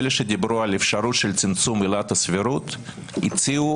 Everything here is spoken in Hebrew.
אלה שדיברו על אפשרות של צמצום עילת הסבירות הציעו